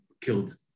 killed